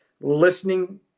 listening